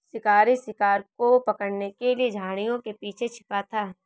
शिकारी शिकार को पकड़ने के लिए झाड़ियों के पीछे छिपा था